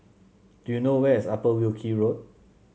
do you know where is Upper Wilkie Road